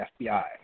FBI